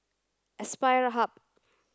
Aspire Hub